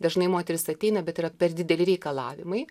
dažnai moterys ateina bet yra per dideli reikalavimai